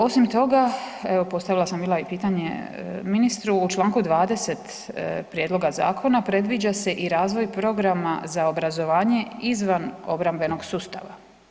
Osim toga, evo postavila sam bila i pitanje ministru, u čl. 20. prijedloga zakona predviđa se i razvoj programa za obrazovanja izvan obrambenog sustava.